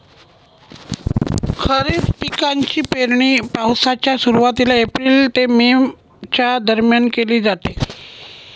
खरीप पिकांची पेरणी पावसाच्या सुरुवातीला एप्रिल ते मे च्या दरम्यान केली जाते